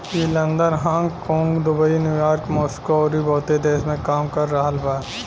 ई London, Hong Kong, Dubai, New York, Moscow अउरी बहुते देश में काम कर रहल बा